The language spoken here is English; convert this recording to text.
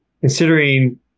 considering